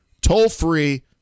toll-free